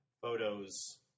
photos